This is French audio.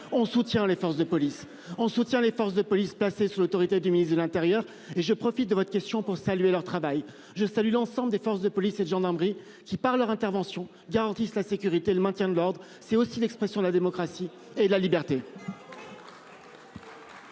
madame la sénatrice, on soutient les forces de police placées sous l'autorité du ministre de l'intérieur. Je profite de votre question pour saluer l'ensemble des forces de police et de gendarmerie, qui, par leur travail, par leur intervention, garantissent la sécurité et le maintien de l'ordre. C'est aussi l'expression de la démocratie et de la liberté.